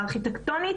הארכיטקטונית,